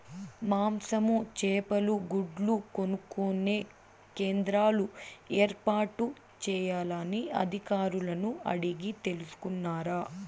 మాంసము, చేపలు, గుడ్లు కొనుక్కొనే కేంద్రాలు ఏర్పాటు చేయాలని అధికారులను అడిగి తెలుసుకున్నారా?